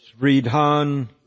Sridhan